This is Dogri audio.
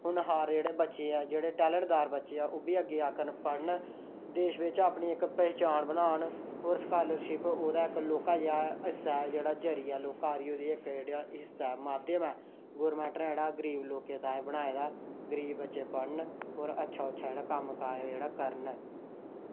होनहार जेह्ड़े बच्चे ऐ जेह्ड़े टैलेंटदार बच्चे आ ओह्बी अग्गें आङन ते पढ़न देश बिच अपनी इक्क पहचान बनान होर स्कॉलरशिप ओह्दा इक्क लौह्का जेहा हिस्सा ऐ जरिया ऐ इक्क जेह्का हिस्सा माध्यम ऐ गौरमेंट नै एह् जेह्का गरीब लोकें दा बनाए दा गरीब बच्चे पढ़न होर अच्छा अच्छा जेह्ड़ा कम्म काज करन